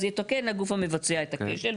אז יתקן הגוף המבצע את הכשל,